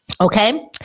Okay